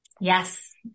yes